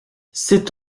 sait